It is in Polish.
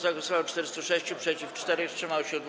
Za głosowało 406, przeciw - 4, wstrzymało się 2.